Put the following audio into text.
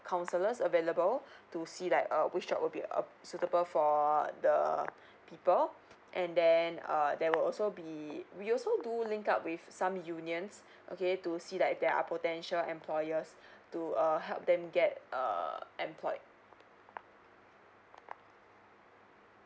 counsellors available to see like uh which job will be uh suitable for the people and then uh there will also be we also do link up with some unions okay to see like there are potential employers to uh help them get err employed